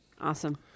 Awesome